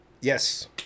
yes